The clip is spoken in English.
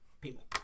people